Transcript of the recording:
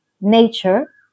nature